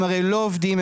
הם הרי לא עובדים,